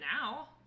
now